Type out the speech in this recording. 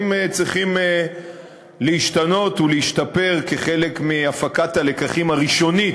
צריכים להשתנות ולהשתפר כחלק מהפקת הלקחים הראשונית,